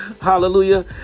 Hallelujah